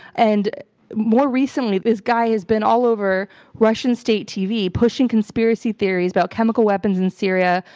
and more recently, this guy has been all over russian state tv pushing conspiracy theories about chemical weapons in syria,